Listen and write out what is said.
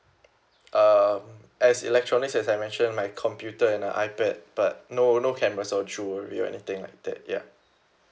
um as electronics as I mentioned my computer and an ipad but no no cameras or jewellery or anything like that ya